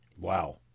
Wow